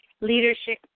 leadership